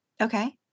Okay